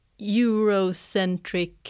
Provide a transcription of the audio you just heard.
Eurocentric